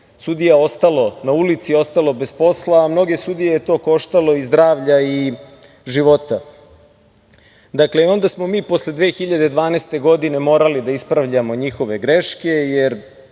sudija ostalo na ulici, ostalo bez posla, a mnoge sudije je to koštalo i zdravlja i života. Dakle, i onda smo mi posle 2012. godine morali da ispravljamo njihove greške, jer